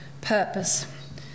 purpose